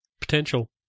potential